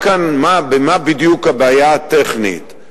במה בדיוק הבעיה הטכנית?